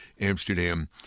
Amsterdam